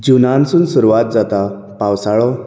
जुनान पसून सुरवात जाता पावसाळो